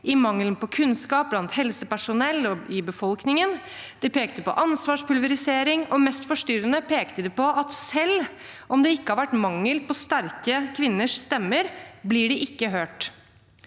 i mangelen på kunnskap blant helsepersonell og i befolkningen. De pekte på ansvarspulverisering, og mest forstyrrende pekte de på at selv om det ikke har vært mangel på sterke kvinners stemmer, blir de ikke hørt.